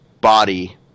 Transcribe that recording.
body